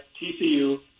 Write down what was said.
TCU